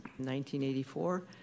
1984